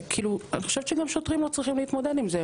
אני חושבת גם ששוטרים לא צריכים להתמודד עם זה,